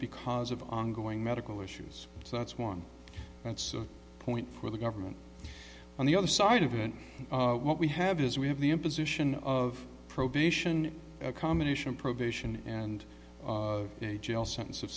because of ongoing medical issues so that's one that's point for the government on the other side of it what we have is we have the imposition of probation a combination of probation and a jail sentence of